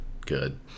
good